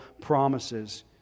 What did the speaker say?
promises